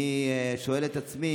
אני שואל את עצמי,